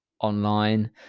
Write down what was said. online